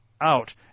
Out